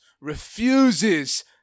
refuses